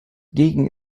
gegen